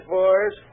boys